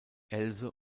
else